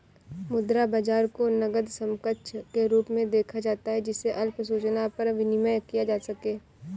मुद्रा बाजार को नकद समकक्ष के रूप में देखा जाता है जिसे अल्प सूचना पर विनिमेय किया जा सके